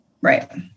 right